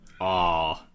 Aw